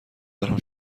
دارم